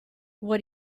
what